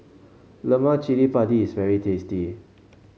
Lemak Cili Padi is very tasty